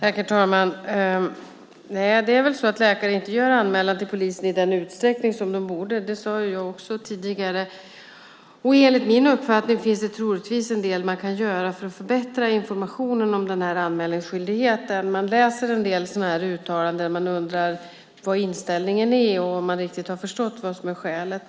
Herr talman! Det är väl så att läkare inte gör anmälan till polisen i den utsträckning som de borde. Det sade jag också tidigare. Enligt min uppfattning finns det naturligtvis en del man kan göra för att förbättra informationen om den här anmälningsskyldigheten. När man läser olika uttalanden undrar man vad inställningen är, om alla riktigt har förstått vad som är skälet.